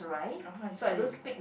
oh I see